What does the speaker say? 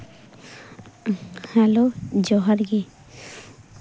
hello ᱡᱚᱦᱟᱨ ᱜᱮ